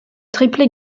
triplé